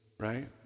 right